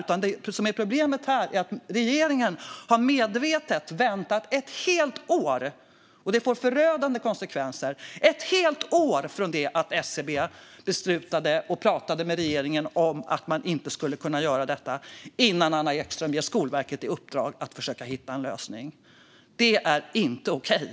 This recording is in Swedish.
Det som är problemet här är att regeringen medvetet har väntat ett helt år - och det får förödande konsekvenser - från det att SCB beslutade och pratade med regeringen om att man inte skulle kunna göra detta innan Anna Ekström ger Skolverket i uppdrag att försöka hitta en lösning. Det är inte okej.